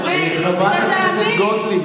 חברת הכנסת גוטליב,